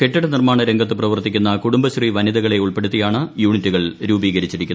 കെട്ടിട നിർമാണ രംഗത്തു പ്രവർത്തിക്കുന്ന കുടുംബശ്രീ വനിതകളെ ഉൾപ്പെടുത്തിയാണ് യൂണിറ്റുകൾ രൂപീകരിച്ചിരിക്കുന്നത്